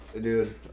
Dude